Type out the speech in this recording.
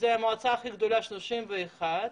שהמועצה הכי גדולה מונה 31 אנשים,